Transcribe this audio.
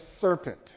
serpent